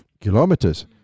kilometers